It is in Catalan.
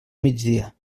migdia